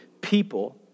people